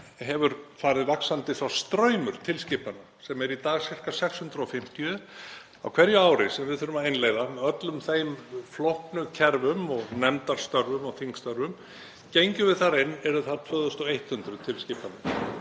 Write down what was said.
hefur farið vaxandi sá straumur tilskipana sem eru í dag sirka 650 á hverju ári sem við þurfum að innleiða með öllum þeim flóknu kerfum og nefndarstörfum og þingstörfum. Gengjum við þar inn yrðu það 2.100 tilskipanir.